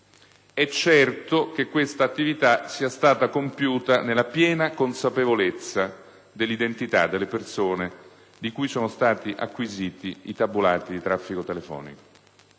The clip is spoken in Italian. È certo che questa attività sia stata compiuta nella piena consapevolezza dell'identità delle persone di cui sono stati acquisiti i tabulati di traffico telefonico.